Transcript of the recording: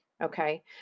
okay